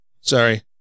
Sorry